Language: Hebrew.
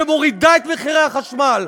שמורידה את מחירי החשמל,